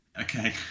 Okay